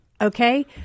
okay